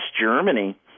Germany